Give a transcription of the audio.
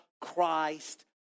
Christ